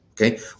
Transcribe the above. okay